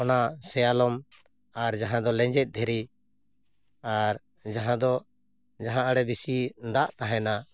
ᱚᱱᱟ ᱥᱮᱭᱟᱞᱚᱢ ᱟᱨ ᱡᱟᱦᱟᱸ ᱫᱚ ᱞᱮᱡᱮᱫ ᱫᱷᱤᱨᱤ ᱟᱨ ᱡᱟᱦᱟᱸ ᱫᱚ ᱡᱟᱦᱟᱸ ᱟᱸᱲᱮ ᱵᱮᱥᱤ ᱫᱟᱜ ᱛᱟᱦᱮᱱᱟ